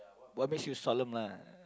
what makes you solemn lah